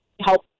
help